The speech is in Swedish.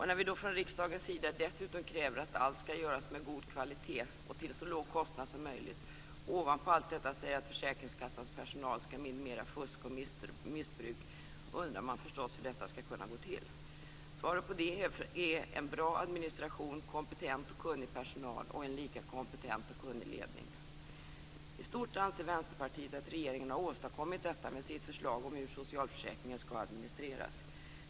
När vi då från riksdagens sida dessutom kräver att allt skall göras med god kvalitet och till så låg kostnad som möjligt och ovanpå allt detta säger att försäkringskassans personal skall minimera fusk och missbruk undrar man förstås hur detta skall gå till. Svaret på det är förstås en bra administration, kompetent och kunnig personal och en lika kompetent och kunnig ledning. I stort anser Vänsterpartiet att regeringen har åstadkommit detta med sitt förslag om hur socialförsäkringen skall administreras.